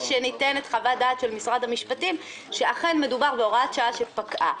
שניתנת חוות דעת של משרד המשפטים שאכן מדובר בהוראת שעה שפקעה.